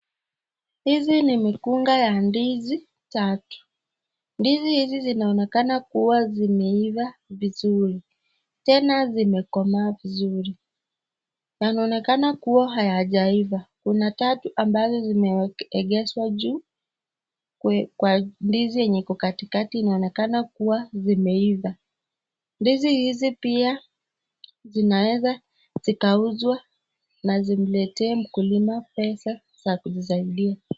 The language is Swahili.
Hizi ni mikunga ya ndizi tatu. Ndizi hizi zinaonekana kuwa zimeiva vizuri. Tena zimekomaa vizuri. Zinaonekana kuwa hayajaiva. Kuna tatu ambazo zimewekeshwa juu kwa ndizi yenye iko katikati inaonekana kuwa zimeiva. Ndizi hizi pia zinaweza zikauzwa na zimletee mkulima pesa za kumsaidia.